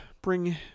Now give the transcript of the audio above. bring